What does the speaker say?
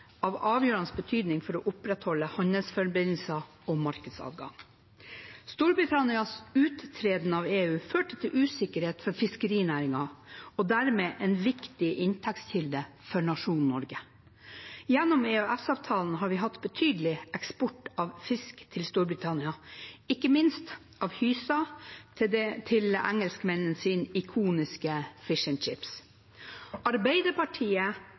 betydning for å opprettholde handelsforbindelser og markedsadgang. Storbritannias uttreden av EU førte til usikkerhet for fiskerinæringen og dermed for en viktig inntektskilde for nasjonen Norge. Gjennom EØS-avtalen har vi hatt betydelig eksport av fisk til Storbritannia, ikke minst av hyse til engelskmennenes ikoniske «fish and chips». Arbeiderpartiet